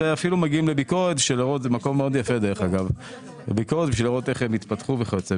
ואפילו מגיעים לביקורת בשביל לראות איך הם התפתחו וכולי.